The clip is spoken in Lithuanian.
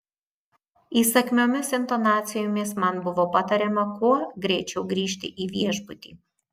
įsakmiomis intonacijomis man buvo patariama kuo greičiau grįžti į viešbutį